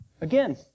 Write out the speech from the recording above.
again